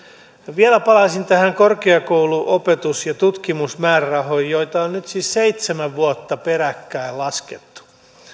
vielä palaisin tähän korkeakoulujen opetus ja tutkimusmäärärahoihin joita on nyt siis seitsemän vuotta peräkkäin laskettu